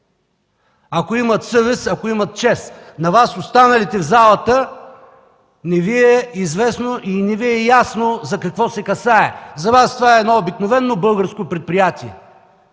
ако имат съвест и ако имат чест! На Вас, останалите в залата, не Ви е известно и не Ви е ясно за какво се касае. За Вас това е едно обикновено българско предприятие.